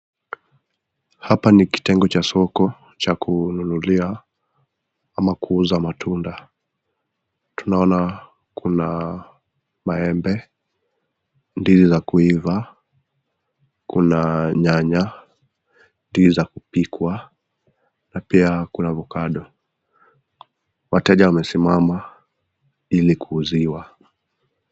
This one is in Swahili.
Hapa ni kitengo cha Soko cha kununulia ama kuuza matunda, tunaona Kuna maembe, ndizi za kuiva, Kuna nyanya, ndizi za kupikwa na pia kuna ovacado wateja wamesimama ili kuuziwa.